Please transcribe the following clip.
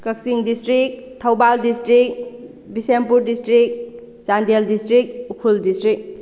Kakching district Thoubal district Bishnupur district Chandel district Ukhrul district